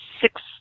six